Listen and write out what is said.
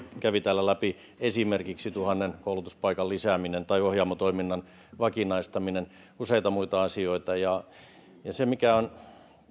kävi täällä läpi esimerkiksi tuhannen koulutuspaikan lisääminen ja ohjaamo toiminnan vakinaistaminen ja useita muita asioita mikä on